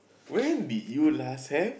when did you last have